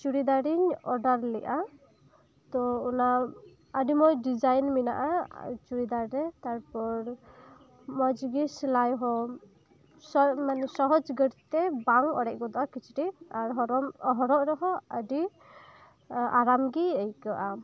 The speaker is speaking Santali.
ᱪᱩᱲᱤᱫᱟᱨᱤᱧ ᱚᱰᱟᱨ ᱞᱮᱫᱼᱟ ᱛᱚ ᱚᱱᱟ ᱟᱹᱰᱤ ᱢᱚᱸᱡᱽ ᱰᱤᱡᱟᱭᱤᱱ ᱢᱮᱱᱟᱜᱼᱟ ᱪᱩᱲᱤᱫᱟᱨ ᱨᱮ ᱛᱟᱨᱯᱚᱨ ᱢᱚᱸᱡᱽ ᱜᱮ ᱥᱮᱞᱟᱭ ᱦᱚᱸ ᱥᱚᱦᱚ ᱥᱚᱦᱚᱡᱽ ᱛᱮ ᱵᱟᱝ ᱚᱲᱮᱡ ᱜᱚᱫᱚᱜᱼᱟ ᱠᱤᱪᱨᱤᱡ ᱟᱨ ᱦᱚᱨᱚᱱ ᱦᱚᱨᱚᱜ ᱨᱮᱦᱚᱸ ᱟᱹᱰᱤ ᱟᱨᱟᱢ ᱜᱮ ᱟᱹᱭᱠᱟᱹᱜᱼᱟ